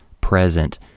present